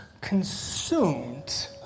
consumed